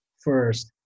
first